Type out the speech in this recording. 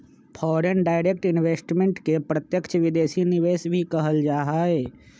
foreign direct investment के प्रत्यक्ष विदेशी निवेश भी कहल जा हई